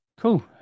Cool